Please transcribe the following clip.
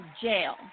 jail